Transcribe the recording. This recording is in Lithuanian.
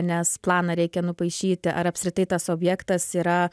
nes planą reikia nupaišyti ar apskritai tas objektas yra